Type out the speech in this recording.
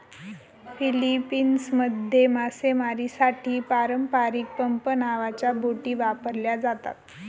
फिलीपिन्समध्ये मासेमारीसाठी पारंपारिक पंप नावाच्या बोटी वापरल्या जातात